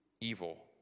evil